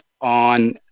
on